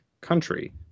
country